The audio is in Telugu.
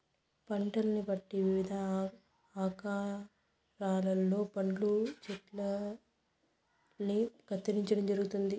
పంటలను బట్టి వివిధ ఆకారాలలో పండ్ల చెట్టల్ని కత్తిరించడం జరుగుతుంది